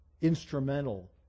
instrumental